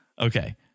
okay